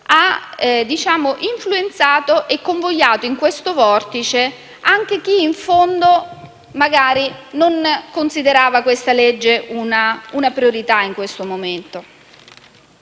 ha influenzato e convogliato in questo vortice anche chi magari non lo considerava una priorità in questo momento.